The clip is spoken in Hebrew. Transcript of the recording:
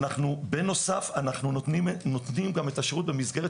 בנוסף אנחנו נותנים גם את השירות במסגרת